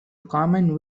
common